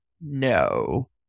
no